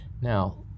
Now